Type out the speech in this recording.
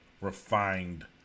refined